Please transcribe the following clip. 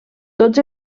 tots